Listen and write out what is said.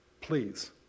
Please